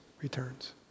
returns